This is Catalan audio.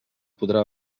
podrà